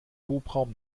hubraum